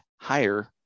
higher